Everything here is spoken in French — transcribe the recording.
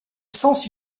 sens